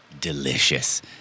delicious